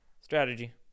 strategy